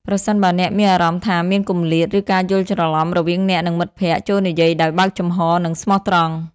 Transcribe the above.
ប្រសិនបើអ្នកមានអារម្មណ៍ថាមានគម្លាត ឬការយល់ច្រឡំរវាងអ្នក និងមិត្តភក្តិ ចូរនិយាយដោយបើកចំហរ និងស្មោះត្រង់។